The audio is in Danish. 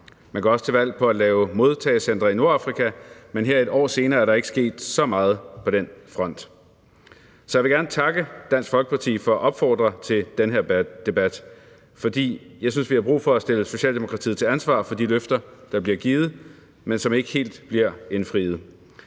Man gik også til valg på at lave modtagecentre i Nordafrika, men her et år senere er der ikke sket så meget på den front. Så jeg vil gerne takke Dansk Folkeparti for at opfordre til den her debat, for jeg synes, vi har brug for at stille Socialdemokratiet til ansvar for de løfter, der bliver givet, men som ikke helt bliver indfriet.